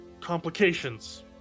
complications